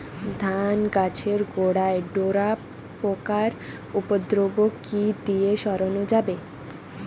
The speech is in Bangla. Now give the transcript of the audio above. ধান গাছের গোড়ায় ডোরা পোকার উপদ্রব কি দিয়ে সারানো যাবে?